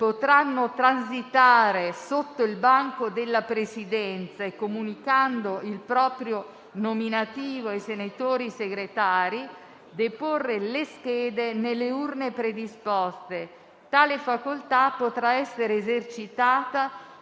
potranno transitare sotto il banco della Presidenza e, comunicando il proprio nominativo ai senatori Segretari, deporre le schede nelle urne predisposte. Tale facoltà potrà essere esercitata